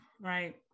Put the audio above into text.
right